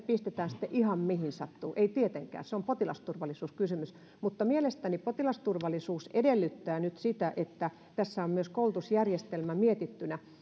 pistetään sitten ihan mihin sattuu ei tietenkään se on potilasturvallisuuskysymys mutta mielestäni potilasturvallisuus edellyttää nyt sitä että tässä on myös koulutusjärjestelmä mietittynä